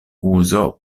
uzo